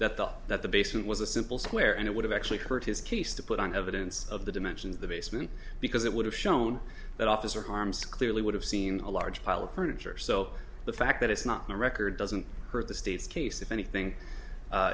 that the that the basement was a simple square and it would have actually hurt his case to put on evidence of the dimensions of the basement because it would have shown that officer harms clearly would have seen a large pile of furniture so the fact that it's not a record doesn't hurt the state's case if anything